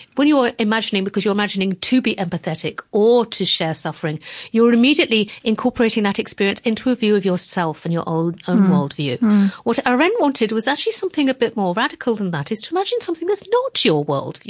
when you are imagining because you're imagining to be empathetic or to share suffering you're immediately incorporating that experience into a view of yourself and your own um worldview what arendt wanted was actually something a bit more radical than that, is to imagine something that's not your world,